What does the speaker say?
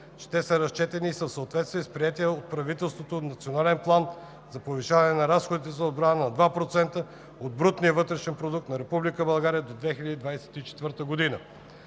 че те са разчетени и са в съответствие с приетия от правителството Национален план за повишаване на разходите за отбрана на 2% от брутния вътрешен продукт на Република